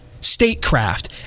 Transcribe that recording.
statecraft